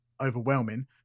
overwhelming